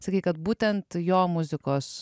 sakei kad būtent jo muzikos